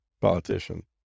politician